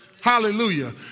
Hallelujah